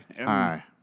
Hi